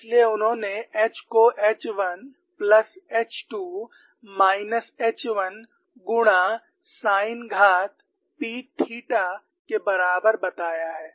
इसलिए उन्होंने H को H1 plus H2 minus H1 गुणा साइन घात p थीटा के बराबर बताया है